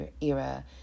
era